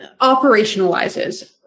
operationalizes